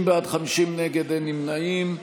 30 בעד, 50 נגד, אין נמנעים.